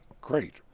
great